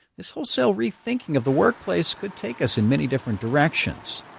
this wholesale rethinking of the workplace could take us in many different directions.